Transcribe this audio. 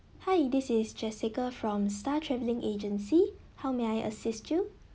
hi this is jessica from star travelling agency how may I assist you